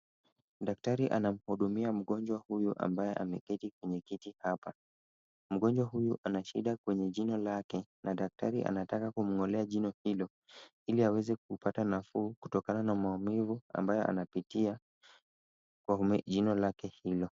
Daktari anamhudumia mgonjwa huyu ambaye ameketi kwenye kiti hapa. Mgonjwa huyu anashida kwenye jino lake na daktari anataka kumng'olea jino hilo ili aweze kupata nafuu kutokana na maumivu ambayo anapitia kwa jino lake hilo.